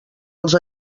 els